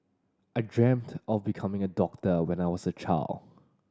I dreamt of becoming a doctor when I was a child